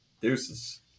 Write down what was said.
Deuces